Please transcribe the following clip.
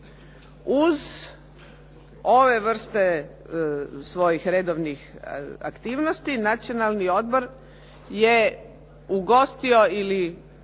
Uz ove vrste svojih redovnih aktivnosti Nacionalni odbor je ugostio ili